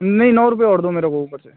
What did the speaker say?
नहीं नौ रुपये और दो मेरे को ऊपर से